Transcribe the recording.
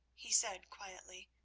he said quietly.